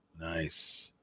Nice